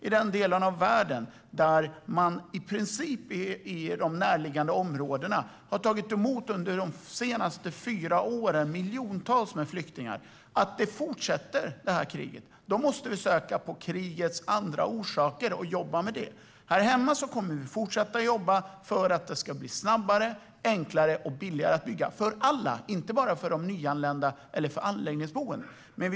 I den delen av världen har de närliggande områdena de senaste fyra åren tagit emot miljontals flyktingar. Kriget fortsätter, och då måste vi söka efter krigets andra orsaker och jobba med det. Här hemma kommer vi att fortsätta att jobba för att det ska bli snabbare, enklare och billigare att bygga. Det gäller för alla, inte bara för de nyanlända eller för dem i anläggningsboendena.